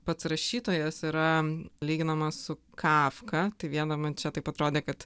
pats rašytojas yra lyginamas su kafka tai viena man čia taip atrodė kad